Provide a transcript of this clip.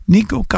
Nico